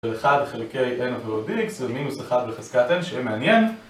ולאחד חלקי n עבור dx זה מינוס 1 לחזקת n שיהיה מעניין